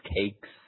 Cakes